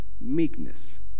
meekness